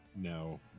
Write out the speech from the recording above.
No